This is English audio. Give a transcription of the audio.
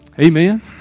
Amen